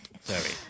Sorry